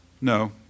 No